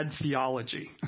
theology